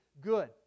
good